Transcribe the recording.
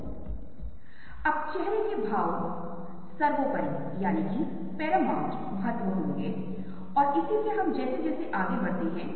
हमने इस तथ्य के बारे में भी बात की कि जो लोग पढ़ते हैं वे कहते हैं कि हम अरबी या उर्दू लिपि को बाए दाए पढ़ते है दाएं से बाएं से इसका मतलब है कि यह वह तरीका है जो वे उन्मुख हैं